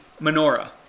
menorah